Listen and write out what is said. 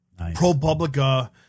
ProPublica